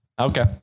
Okay